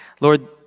Lord